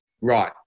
Right